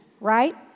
right